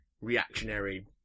reactionary